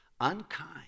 unkind